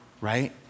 Right